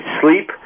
sleep